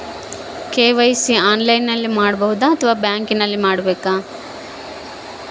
KYC ಆನ್ಲೈನಲ್ಲಿ ಮಾಡಬಹುದಾ ಅಥವಾ ಬ್ಯಾಂಕಿನಲ್ಲಿ ಮಾಡ್ಬೇಕಾ?